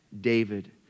David